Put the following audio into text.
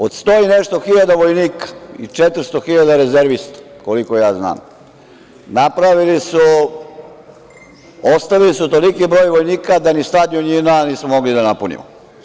Od sto i nešto hiljada vojnika i 400.000 rezervista, koliko ja znam, napravili su, ostavili su toliki broj vojnika da ni stadion JNA nismo mogli da napunimo.